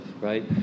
right